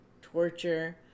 torture